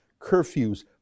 Curfews